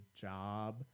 job